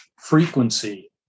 frequency